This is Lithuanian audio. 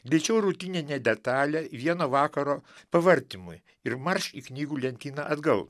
greičiau rutininė detalė vieno vakaro pavartymui ir marš į knygų lentyną atgal